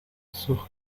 sus